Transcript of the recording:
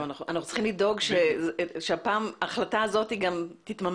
אנחנו צריכים לדאוג שהפעם ההחלטה הזאת תתממש.